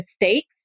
mistakes